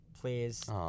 please